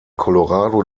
colorado